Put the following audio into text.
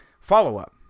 follow-up